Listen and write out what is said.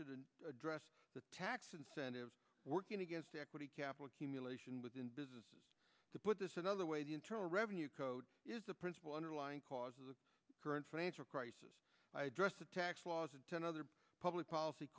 should address the tax incentives working against equity capital accumulation within business to put this another way the internal revenue code is a principle underlying cause of the current financial crisis addressed the tax laws and ten other public policy